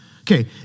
Okay